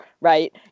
right